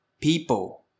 people